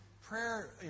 prayer